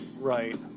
Right